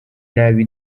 nabi